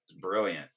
Brilliant